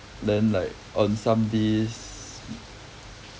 then like on some days